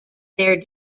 their